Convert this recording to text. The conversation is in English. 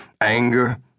Anger